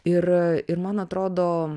ir ir man atrodo